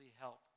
help